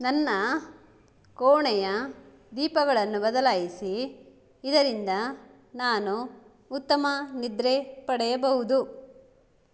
ನನ್ನ ಕೋಣೆಯ ದೀಪಗಳನ್ನು ಬದಲಾಯಿಸಿ ಇದರಿಂದ ನಾನು ಉತ್ತಮ ನಿದ್ರೆ ಪಡೆಯಬಹುದು